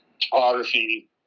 topography